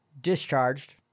discharged